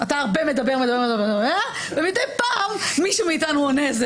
אתה הרבה מדבר, ומדי פעם מישהו מאתנו עונה.